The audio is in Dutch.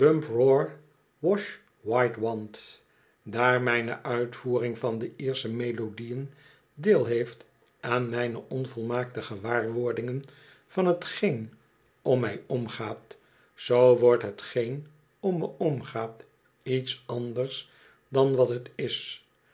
white wand daar mijne uitvoering van de iersehe melodie n deel heeft aan mijne onvolmaakte gewaarwordingen van t geen om mij omgaat zoo wordt hetgeen om me omgaat iets anders dan wat t is